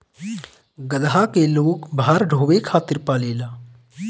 गदहा के लोग भार ढोवे खातिर पालेला